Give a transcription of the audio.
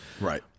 Right